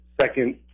second